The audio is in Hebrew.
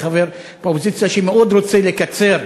אני חבר באופוזיציה שמאוד רוצה לקצר